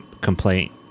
complaint